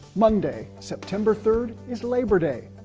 monday, september third is labor day,